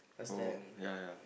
oh ya ya